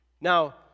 Now